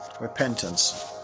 repentance